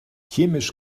chemisch